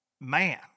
Man